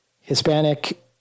Hispanic